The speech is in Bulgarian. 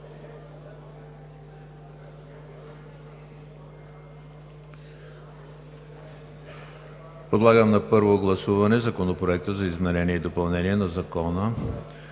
Подлагам на първо гласуване Законопроект за изменение и допълнение на Закона